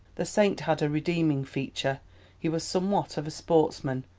the saint had a redeeming feature he was somewhat of a sportsman,